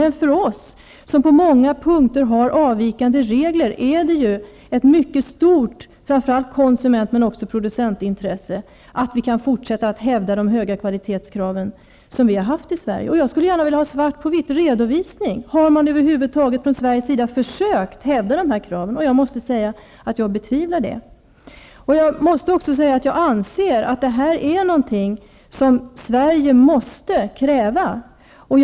Men för oss, som på många punkter har avvikande regler, är det ett mycket stort konsument men också producentintresse att kunna fortsätta att hävda de kvalitetskrav som vi har haft i Sverige. Jag skulle vilja ha en redovisning svart på vitt: Har man över huvud taget från Sveriges sida försökt hävda de här kraven? Jag betvivlar det. Jag anser att det här är ett krav som Sverige måste ställa.